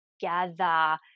gather